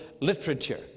literature